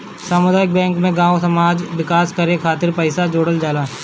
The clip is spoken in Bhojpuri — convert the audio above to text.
सामुदायिक बैंक में गांव समाज कअ विकास करे खातिर पईसा जोड़ल जाला